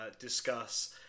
discuss